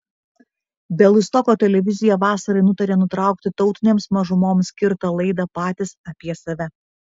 bialystoko televizija vasarai nutarė nutraukti tautinėms mažumoms skirtą laidą patys apie save